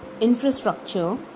infrastructure